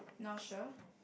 not sure